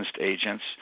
agents